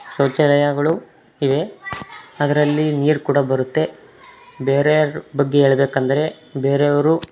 ಶೌಚಾಲಯಗಳು ಇವೆ ಅದರಲ್ಲಿ ನೀರು ಕೂಡ ಬರುತ್ತೆ ಬೇರೆಯವರ ಬಗ್ಗೆ ಹೇಳ್ಬೇಕು ಅಂದರೆ ಬೇರೆಯವರು